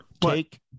take